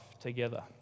together